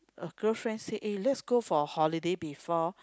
a girlfriend said hey let's go for holiday before